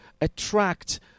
attract